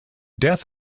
death